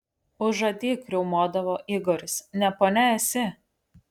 užadyk riaumodavo igoris ne ponia esi